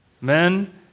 Men